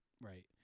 Right